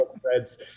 threads